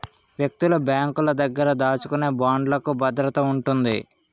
వ్యక్తులు బ్యాంకుల దగ్గర దాచుకునే బాండ్లుకు భద్రత ఉంటుంది